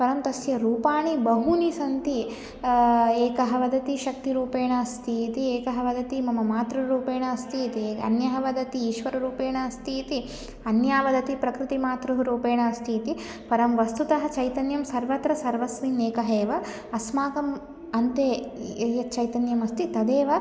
परं तस्य रूपाणि बहूनि सन्ति एकः वदति शक्तिरूपेण अस्ति इति एकः मम मातृरूपेण अस्ति इति अन्यः वदति ईश्वररूपेण अस्ति इति अन्यः वदति प्रकृतिः मातृ रूपेण अस्ति इति परं वस्तुतः चैतन्यं सर्वत्रसर्वस्मिन् एकः एव अस्माकम् अन्ते यत् यच्चैतन्यम् अस्ति तदेव